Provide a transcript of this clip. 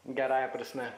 gerąja prasme